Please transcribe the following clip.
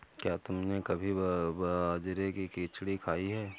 क्या तुमने कभी बाजरे की खिचड़ी खाई है?